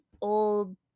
Old